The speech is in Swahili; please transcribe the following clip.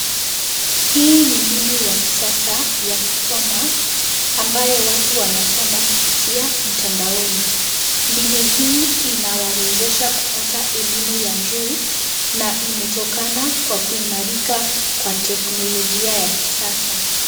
Hii ni mbinu ya kisasa ya kusoma ambayo watu wanasoma kupitia mtandaoni. Mbinu hii inawawezesha kupata elimu ya juu na imetokana kwa kuimarika kwa teknolojia ya kisasa.